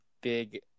big